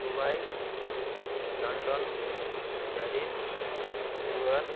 Dubai London Paris New York